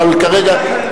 אבל כרגע,